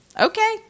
Okay